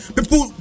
People